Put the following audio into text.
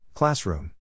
Classroom